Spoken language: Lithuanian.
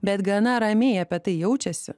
bet gana ramiai apie tai jaučiasi